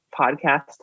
podcast